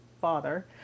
father